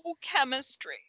chemistry